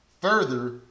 Further